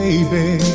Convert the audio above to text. Baby